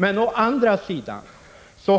Men å andra sidan